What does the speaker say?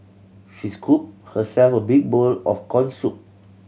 she scooped herself a big bowl of corn soup